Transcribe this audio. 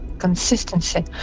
Consistency